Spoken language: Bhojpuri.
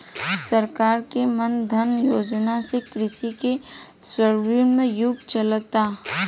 सरकार के मान धन योजना से कृषि के स्वर्णिम युग चलता